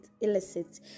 Illicit